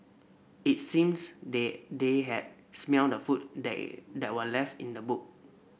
it seemed that they had smelt the food that that were left in the boot